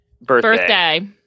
Birthday